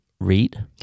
read